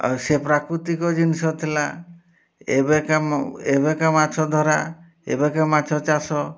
ଆଉ ସେ ପ୍ରାକୃତିକ ଜିନିଷ ଥିଲା ଏବେକା ଏବେକା ମାଛ ଧରା ଏବେକା ମାଛ ଚାଷ